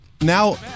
now